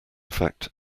fact